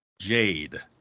Jade